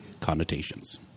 connotations